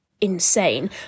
insane